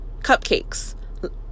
cupcakes